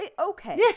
okay